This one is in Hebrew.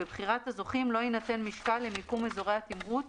בבחירת הזוכים לא יינתן משקל למיקום אזורי התמרוץ